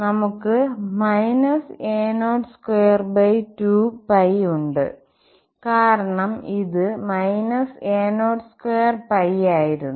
നമുക് a02 2ഉണ്ട് കാരണം ഇത് a02 ആയിരുന്നു